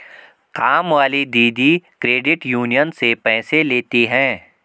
कामवाली दीदी credit union से पैसे लेती हैं